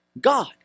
God